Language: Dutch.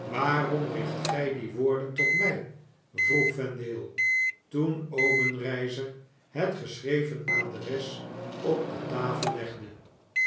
waarom richt gii die woorden tot mij vroeg vendale toen obenreizer het geschreven adres op de tafel legde